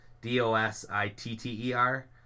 D-O-S-I-T-T-E-R